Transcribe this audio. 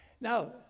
now